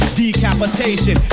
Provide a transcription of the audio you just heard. decapitation